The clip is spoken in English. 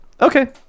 Okay